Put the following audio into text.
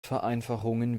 vereinfachungen